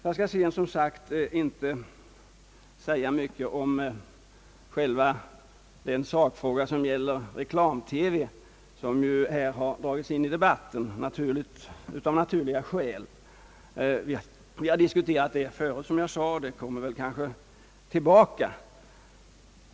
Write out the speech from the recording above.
Jag skall inte säga mycket om reklam TV, som av naturliga skäl dragits in i debatten. Vi har diskuterat den förut, och diskussionen kommer kanske tillbaka.